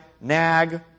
nag